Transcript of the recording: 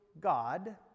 God